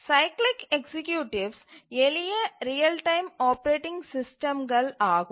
cyclic executives எளிய real time operating சிஸ்டம்கள் ஆகும்